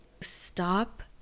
stop